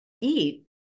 eat